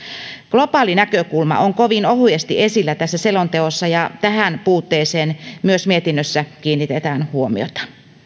globaali näkökulma on kovin ohuesti esillä tässä selonteossa ja tähän puutteeseen myös mietinnössä kiinnitetään huomiota